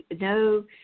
no